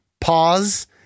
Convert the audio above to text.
pause